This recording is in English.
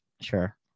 Sure